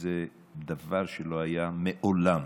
זה דבר שלא היה מעולם.